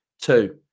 two